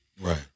Right